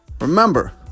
remember